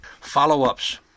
Follow-ups